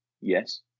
yes